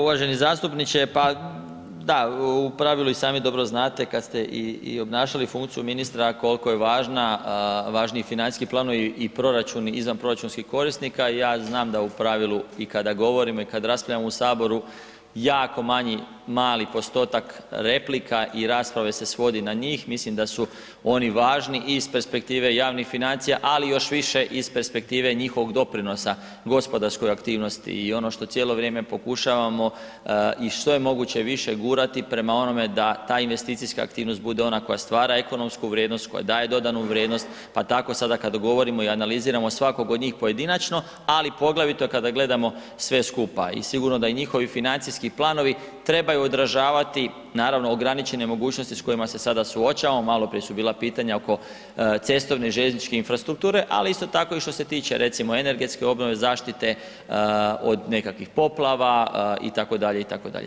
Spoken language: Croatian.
Uvaženi zastupniče, pa da, u pravilu i sami dobro znate, kad ste i obnašali funkciju ministra koliko je važna, važni financijski planovi i proračun izvanproračunskih korisnika, ja znam da u pravilu i kada govorimo i kad raspravljamo u Saboru, jako mali postotak replika i rasprave se svodi na njih, mislim da su oni važni iz perspektive javnih financija ali još više iz perspektive njihovog doprinosa gospodarskoj aktivnosti i ono što cijelo vrijeme pokušavamo i što je moguće više gurati prema onome da ta investicijska aktivnost bude ona koja stvara ekonomsku vrijednost, koja daje dodanu vrijednost pa tako sada kada govorimo i analiziramo svakog od njih pojedinačno, ali poglavito kada gledamo sve skupa i sigurno da i njihovi financijski planovi trebaju održavati naravno ograničene mogućnosti s kojima se sada suočavamo, maloprije su bila pitanja oko cestovne i željezničke infrastrukture ali isti tako i što se tiče recimo energetske obnove, zaštite od nekakvih poplava itd., itd.